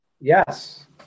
Yes